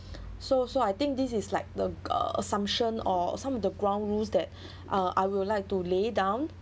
so so I think this is like the uh assumption or some of the ground rules that uh I would like to lay down